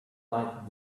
light